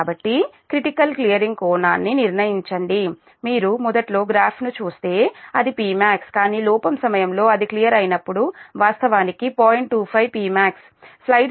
కాబట్టి critical clearing కోణాన్ని నిర్ణయించండి మీరు మొదట్లో గ్రాఫ్ను చూస్తే అది Pmax కానీ లోపం సమయంలో అది క్లియర్ అయినప్పుడు వాస్తవానికి 0